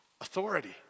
Authority